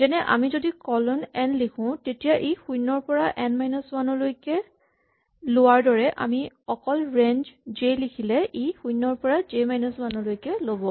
যেনে আমি যদি কলন এন লিখো তেতিয়া ই শূণ্যৰ পৰা এন মাইনাচ ৱান লৈকে লোৱাৰ দৰে আমি অকল ৰেঞ্জ জে লিখিলে ই শূণ্যৰ পৰা জে মাইনাচ ৱান লৈকে ল'ব